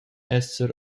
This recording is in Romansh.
esser